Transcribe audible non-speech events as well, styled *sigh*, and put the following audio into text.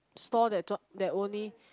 stall that *noise* that only